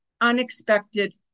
unexpected